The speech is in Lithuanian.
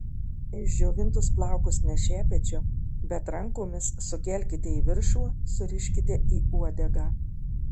išdžiovintus plaukus ne šepečiu bet rankomis sukelkite į viršų suriškite į uodegą